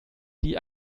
die